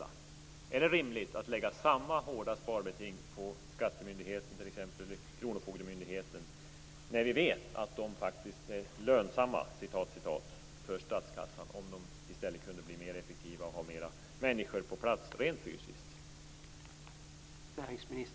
Är det rimligt att lägga samma hårda sparbeting på skattemyndigheten och kronofogdemyndigheten t.ex., när vi vet att de faktiskt skulle vara mer "lönsamma" för statskassan om de fick bli effektivare och ha fler människor på plats rent fysiskt?